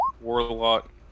warlock